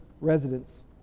residents